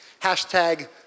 Hashtag